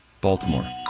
Baltimore